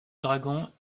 dragon